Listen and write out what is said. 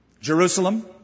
Jerusalem